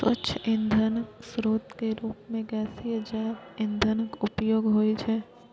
स्वच्छ ईंधनक स्रोत के रूप मे गैसीय जैव ईंधनक उपयोग होइ छै